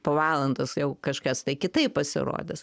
po valandos jau kažkas tai kitaip pasirodys